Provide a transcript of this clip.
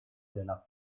della